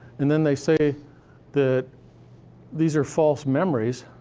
and then, they say that these are false memories,